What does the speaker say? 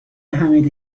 حمید